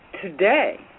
today